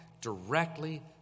directly